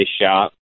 shop